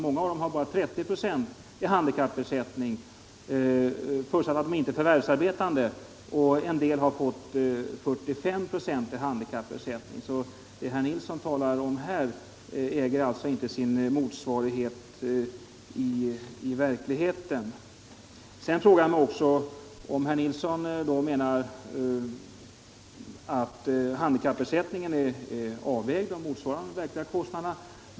Många av dem har bara 30 25 i handikappersättning, förutsatt att de inte är förvärvsarbetande, och en del har 45 26. Det som herr Nilsson talar om här äger inte sin motsvarighet i verkligheten. Sedan frågar jag mig också om herr Nilsson menar att handikappersättningen är avvägd till och motsvarar de verkliga kostnaderna.